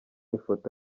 ifoto